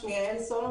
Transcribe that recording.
שמי יעל סלומון,